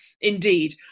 Indeed